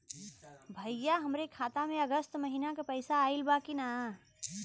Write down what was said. भईया हमरे खाता में अगस्त महीना क पैसा आईल बा की ना?